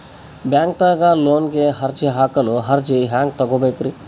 ಬ್ಯಾಂಕ್ದಾಗ ಲೋನ್ ಗೆ ಅರ್ಜಿ ಹಾಕಲು ಅರ್ಜಿ ಹೆಂಗ್ ತಗೊಬೇಕ್ರಿ?